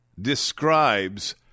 describes